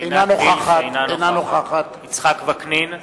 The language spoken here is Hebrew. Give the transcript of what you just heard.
אינה נוכחת יצחק וקנין,